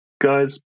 guys